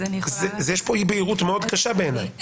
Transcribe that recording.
יש פה אי בהירות מאוד קשה, בעיניי.